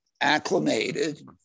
acclimated